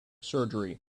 surgery